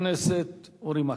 חבר הכנסת אורי מקלב.